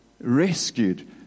Rescued